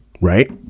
right